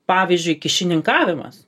pavyzdžiui kyšininkavimas